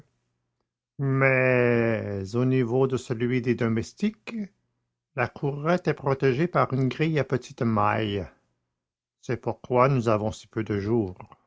mais au niveau de celui des domestiques la courette est protégée par une grille à petites mailles c'est pourquoi nous avons si peu de jour